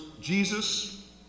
Jesus